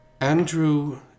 Andrew